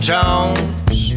Jones